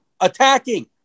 attacking